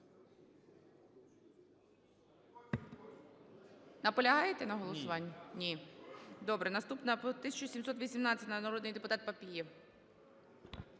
Наполягаєте на голосуванні? Ні, добре. Наступна – 1718-а. Народний депутат Папієв.